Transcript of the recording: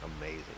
Amazing